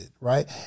right